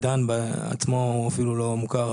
עידן עצמו לא מוכר,